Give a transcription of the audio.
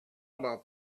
about